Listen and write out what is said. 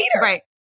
Right